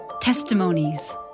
testimonies